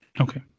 Okay